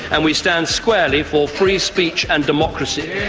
and we stand squarely for free speech and democracy,